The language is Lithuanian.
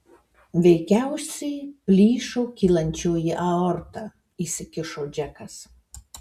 veikiausiai plyšo kylančioji aorta įsikišo džekas